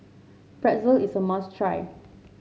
pretzel is a must try